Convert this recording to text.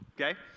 okay